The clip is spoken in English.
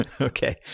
Okay